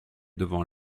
devant